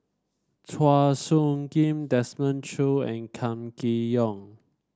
Chua Soo Khim Desmond Choo and Kam Kee Yong